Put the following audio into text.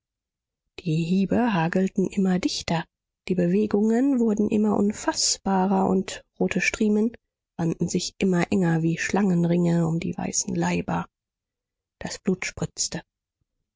die hiebe hagelten immer dichter die bewegungen wurden immer unfaßbarer und rote striemen wanden sich immer enger wie schlangenringe um die weißen leiber das blut spritzte